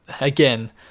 again